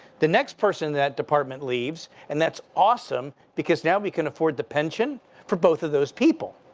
the next person that department leaves, and that's awesome. because now we can afford the pension for both of those people.